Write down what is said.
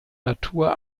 natur